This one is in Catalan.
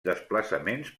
desplaçaments